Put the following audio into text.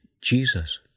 Jesus